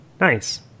nice